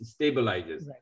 stabilizes